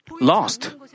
lost